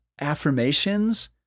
affirmations